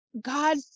God